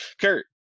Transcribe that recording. Kurt